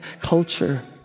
culture